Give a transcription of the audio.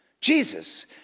Jesus